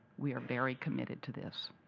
we are very committed to this,